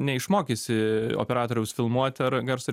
neišmokysi operatoriaus filmuoti ar garso